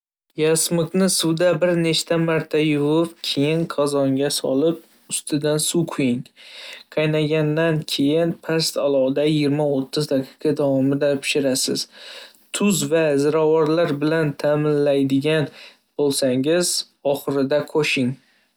Yasmiqni suvda bir necha marta yuvib, keyin qozonga solib, ustidan suv quying. Qaynagandan keyin past olovda yigirma o’ttiz daqiqa davomida pishirasiz. Tuz va ziravorlar bilan ta'mlaydigan bo'lsangiz, oxirida qo'shing.